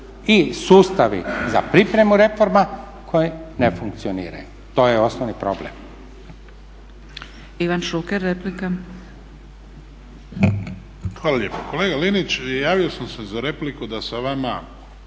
i sustavi za pripremu reforma koje ne funkcioniraju. To je osnovni problem.